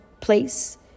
place